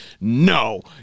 no